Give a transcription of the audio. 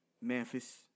Memphis